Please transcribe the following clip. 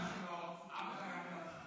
אבא שלו היה אומר: